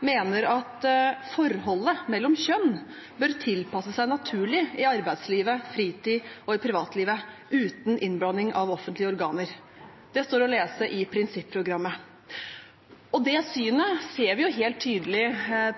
mener at forholdet mellom kjønn bør «tilpasse seg naturlig i arbeidsliv, fritid og privatliv, uten innblanding av offentlige organer». Det står å lese i prinsipprogrammet. Det synet ser vi helt tydelig